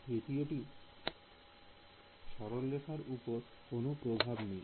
তৃতীয়টির সরলরেখার উপর কোনো প্রভাব নেই